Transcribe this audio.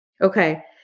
Okay